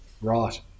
right